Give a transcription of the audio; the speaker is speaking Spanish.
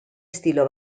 estilo